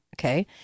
Okay